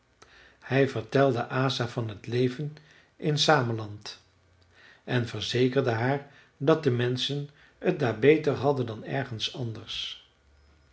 hij vertelde asa van t leven in sameland en verzekerde haar dat de menschen t daar beter hadden dan ergens anders